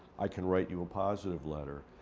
i can write you a positive letter.